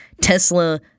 Tesla